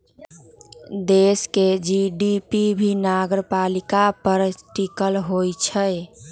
देश के जी.डी.पी भी नगरपालिका पर ही टिकल होई छई